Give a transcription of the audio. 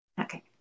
Okay